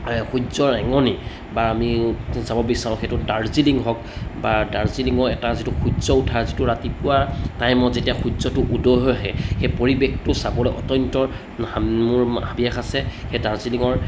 সূৰ্য্য়ৰ ৰেঙনি বা আমি যাব বিচাৰোঁ সেইটো দাৰ্জিলিং হওক বা দাৰ্জিলিঙৰ এটা যিটো সূৰ্য্য় উঠাৰ যিটো ৰাতিপুৱা টাইমত যেতিয়া সূৰ্য্য়টো উদয় হৈ আহে সেই পৰিৱেশটো চাবলৈ অত্যন্ত মোৰ হাবিয়াস আছে সেই দাৰ্জিলিঙৰ